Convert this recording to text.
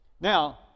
Now